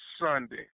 Sunday